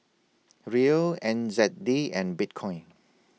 Riel N Z D and Bitcoin